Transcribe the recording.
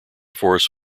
force